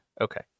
Okay